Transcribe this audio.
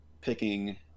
picking